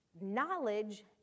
knowledge